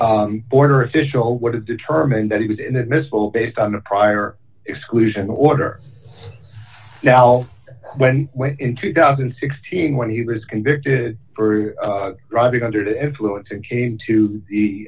border official what is determined that he was inadmissible based on a prior exclusion order now when in two thousand and sixteen when he was convicted for driving under the influence and came to the